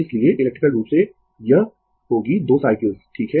इसलिए इलेक्ट्रिकल रूप से यह होगी 2 साइकल्स ठीक है